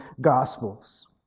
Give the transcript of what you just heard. gospels